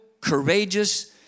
courageous